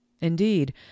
Indeed